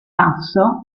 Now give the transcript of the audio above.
tasso